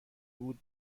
بود